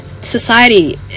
Society